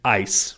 ice